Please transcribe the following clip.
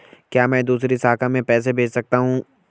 क्या मैं दूसरी शाखा में पैसे भेज सकता हूँ?